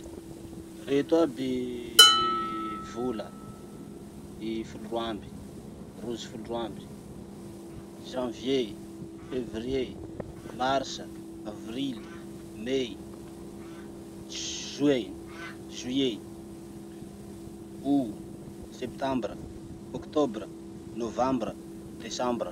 Reto aby gny vola, i folo roa amby, rozy folo roa amby: janvier, fevrier, mars, avril, mai, juin, juillet, aout, septembre, octobre, novembre, decembre.